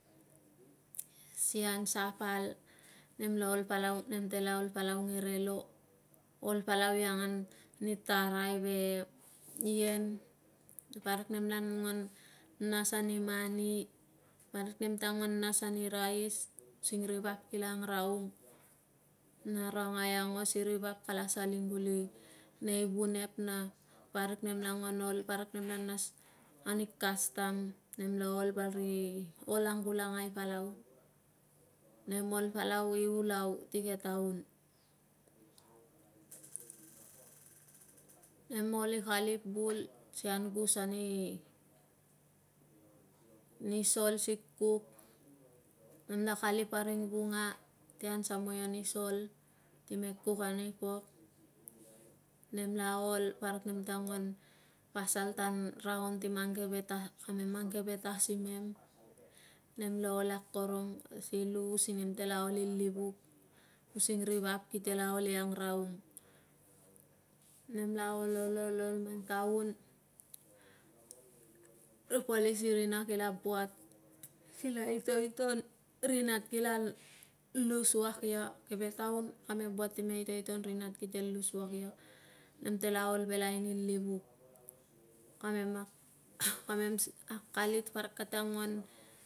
Sian sapo nem lo ol palau nem tela ol palau e ngerelo ol palau i angai ni taarai ve ien parik nemla nuan nas ani mani parik nete nuan nasan ni rais using rivap kilo angraung na rangai aungas irivap kola saling kuli nei vunep na parik nem la nguan ol parik nem la nas ani kastom nem ol lo val ri ol angulanga palau nem ol palau i ulam ti ke taun nem ol i kalip vul sian gus ani sol si kuk nem la kalip a ring vunga tian samui ani sol time kuk ani pok nem la ol parik nem ta nguan raunan si keve lasimem nem lo ol akorong si lui using nem te ol i livuk using ri vap kite la oli ang raung nem la ololol man taun ri polis i rina kila buat kita itojten rinat kila lusuak la nem tela ol veal ni livuk kamen k ka mem akali parik kata nguan